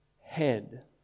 head